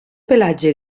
pelatge